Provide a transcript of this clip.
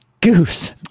goose